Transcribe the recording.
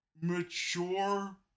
mature